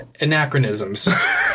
anachronisms